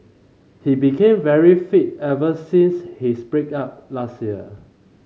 he became very fit ever since his break up last year